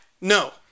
No